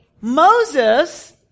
Moses